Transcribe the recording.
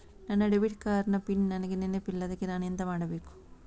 ನನ್ನ debit card ನ PIN ನನಗೆ ನೆನಪಿಲ್ಲ ಅದ್ಕೆ ನಾನು ಎಂತ ಮಾಡಬೇಕು?